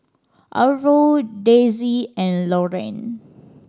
Arvo Dessie and Loraine